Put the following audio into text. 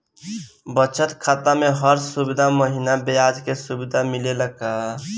बचत खाता में हर महिना ब्याज के सुविधा मिलेला का?